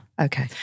Okay